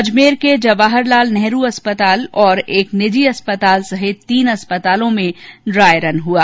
अजमेर के जवाहर लाल नेहरू अस्पताल और एक निजी अस्पताल सहित तीन अस्पतालों में ड्राई रन हुआ